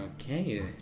Okay